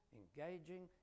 engaging